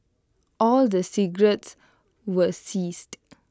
all the cigarettes were seized